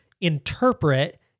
interpret